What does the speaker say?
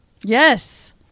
yes